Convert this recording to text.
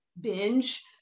binge